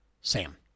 Sam